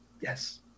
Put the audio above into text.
Yes